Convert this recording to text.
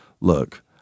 look